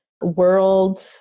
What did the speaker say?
world